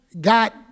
got